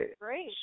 great